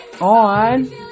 on